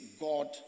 God